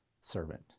servant